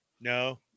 No